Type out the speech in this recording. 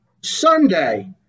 Sunday